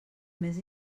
més